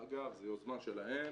אגב, זו יוזמה שלהם